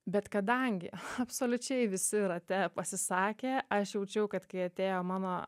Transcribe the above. bet kadangi absoliučiai visi rate pasisakė aš jaučiau kad kai atėjo mano